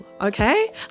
Okay